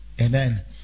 Amen